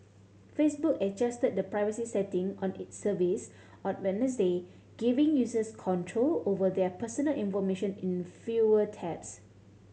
Facebook adjusted the privacy setting on its service on Wednesday giving users control over their personal information in fewer taps